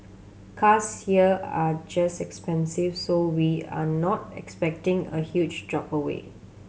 cars here are just expensive so we are not expecting a huge drop away